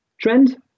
trend